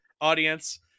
audience